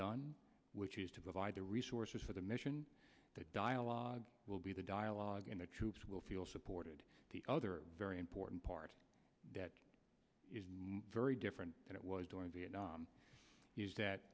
done which is to provide the resources for the mission that dialogue will be the dialogue and the troops will feel supported the other very important part that is more very different than it was during vietnam is that